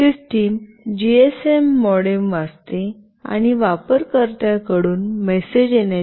system GSM modem वाचते आणि वापरकर्त्याकडून मेसेज येण्याची वेट करते